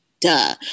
duh